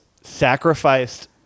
sacrificed